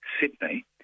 Sydney